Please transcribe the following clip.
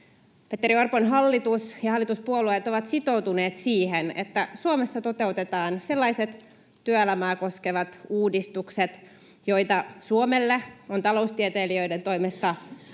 Petteri Orpon hallitus ja hallituspuolueet ovat sitoutuneet siihen, että Suomessa toteutetaan sellaiset työelämää koskevat uudistukset, joita Suomelle on taloustieteilijöiden toimesta suositeltu